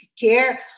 care